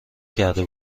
کرده